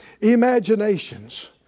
imaginations